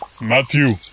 Matthew